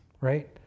right